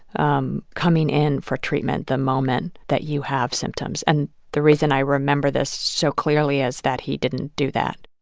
um coming in for treatment the moment that you have symptoms. and the reason i remember this so clearly is that he didn't do that.